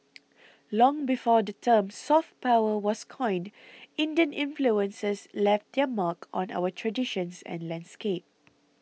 long before the term 'soft power' was coined Indian influences left their mark on our traditions and landscape